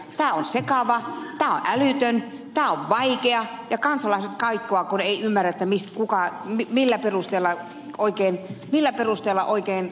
tämä on sekava tämä on älytön tämä on vaikea ja kansalaiset kaikkoavat kun eivät ymmärrä millä perusteella kansanedustajia oikein valitaan